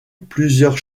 plusieurs